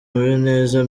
uwineza